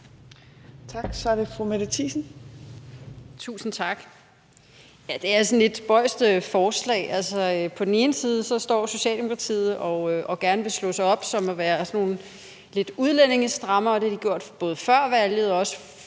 Kl. 18:22 Mette Thiesen (NB): Tusind tak. Ja, det er sådan lidt et spøjst forslag. Altså, på den ene side står Socialdemokratiet og vil gerne slå sig op på at være sådan lidt udlændingestrammere, og det har de gjort både før valget og også